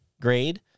grade